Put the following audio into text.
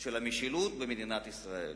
של המשילות במדינת ישראל,